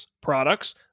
products